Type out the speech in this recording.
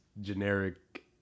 generic